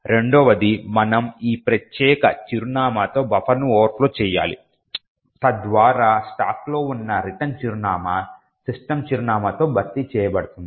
రెండవది మనము ఈ ప్రత్యేక చిరునామాతో బఫర్ను ఓవర్ఫ్లో చేయాలి తద్వారా స్టాక్లో ఉన్న రిటర్న్ చిరునామా సిస్టమ్ చిరునామాతో భర్తీ చేయబడుతుంది